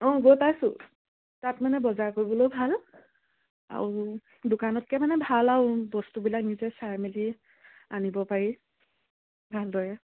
অঁ গৈ পাইছোঁ তাত মানে বজাৰ কৰিবলৈও ভাল আৰু দোকানতকে মানে ভাল আৰু বস্তুবিলাক নিজে চাই মেলি আনিব পাৰি ভালদৰে